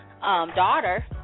daughter